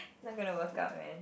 not gonna work out man